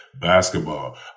basketball